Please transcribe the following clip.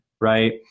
right